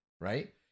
right